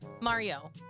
Mario